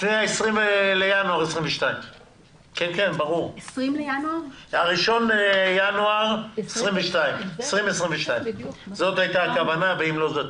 תכתבי ה-1 בינואר 2022. זאת הייתה הכוונה ומה שאמרתי קודם,